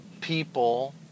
people